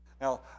Now